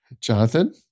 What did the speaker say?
Jonathan